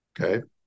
okay